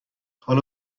حالا